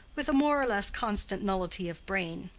with a more or less constant nullity of brain.